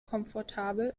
komfortabel